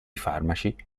farmaci